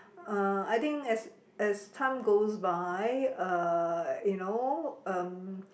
uh I think as as time goes by uh you know um